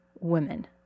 women